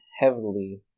heavily